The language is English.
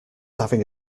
having